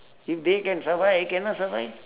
if they can survive I cannot survive